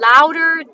louder